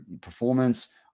performance